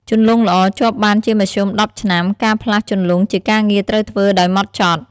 ជន្លង់ល្អជាប់បានជាមធ្យម ១០ ឆ្នាំ ការផ្លាស់ជន្លង់ជាការងារត្រូវធ្វើដោយហ្មត់ចត់។